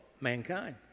mankind